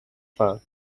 for